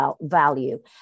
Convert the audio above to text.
value